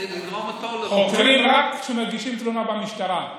חוקרים רק כשמגישים תלונה במשטרה.